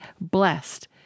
blessed